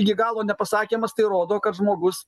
iki galo nepasakymas tai rodo kad žmogus